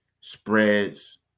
spreads